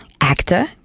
actor